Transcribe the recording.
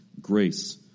grace